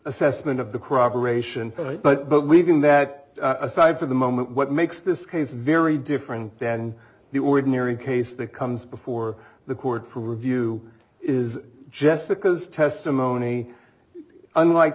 assessment of the crop aeration but we've been that aside for the moment what makes this case very different than the ordinary case that comes before the court for review is jessica's testimony unlike